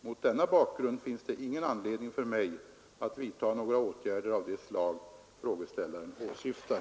Mot denna bakgrund finns det ingen anledning för mig att vidta några åtgärder av det slag frågeställaren åsyftar.